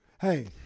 Hey